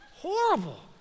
horrible